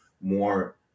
more